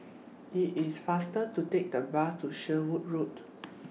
IT IS faster to Take The Bus to Sherwood Road